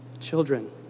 Children